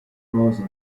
rosa